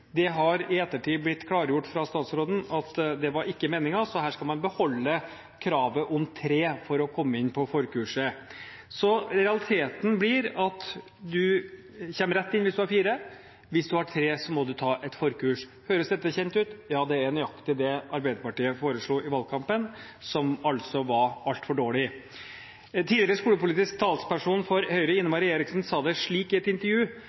Det har i ettertid blitt klargjort fra statsråden at det ikke var meningen, så her skal man beholde kravet om 3 for å komme inn på forkurset. Så realiteten blir at man kommer rett inn hvis man har 4, og hvis man har 3, må man ta et forkurs. Høres dette kjent ut? Ja, det er nøyaktig det Arbeiderpartiet foreslo i valgkampen, men som altså var altfor dårlig. Tidligere skolepolitisk talsperson for Høyre, Ine M. Eriksen Søreide, sa det slik i et intervju: